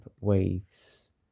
waves